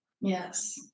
Yes